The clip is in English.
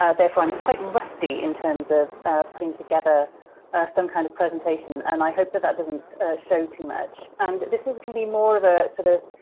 ah therefore i'm quite and rusty in terms of putting together some kind of presentation, and i hope that that doesn't show too much. and, this is going to be more of a, sort of,